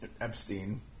Epstein